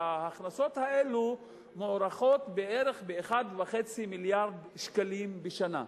וההכנסות האלה מוערכות ב-1.5 מיליארד שקלים בשנה,